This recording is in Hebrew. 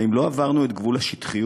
האם לא עברנו את גבול השטחיות?